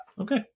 Okay